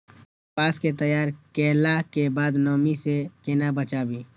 कपास के तैयार कैला कै बाद नमी से केना बचाबी?